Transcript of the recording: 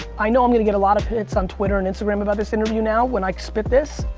i know i'm going to get a lot of hits on twitter and instagram about this interview now when i spit this,